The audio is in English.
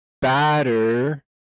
batter